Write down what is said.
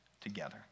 together